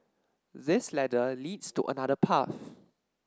this ladder leads to another path